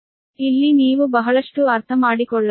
ಇಲ್ಲಿ ನೀವು ಬಹಳಷ್ಟು ಅರ್ಥಮಾಡಿಕೊಳ್ಳಬೇಕು